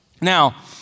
Now